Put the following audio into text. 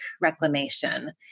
reclamation